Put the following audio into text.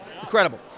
Incredible